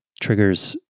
triggers